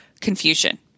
confusion